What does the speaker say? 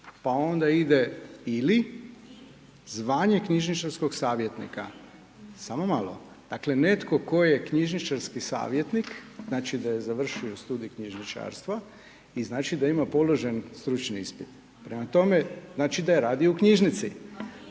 pa onda ide, ili zvanje knjižničarskog savjetnika, samo malo, dakle, netko tko je knjižničarski savjetnik, znači da je završio Studij knjižničarstva i znači da ima položen stručni ispit. Prema tome, znači da je radio u knjižnici…/Upadica: